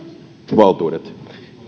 valtuudet niin